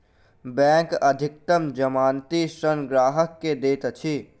bank अधिकतम जमानती ऋण ग्राहक के दैत अछि